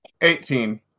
Eighteen